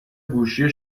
گوشی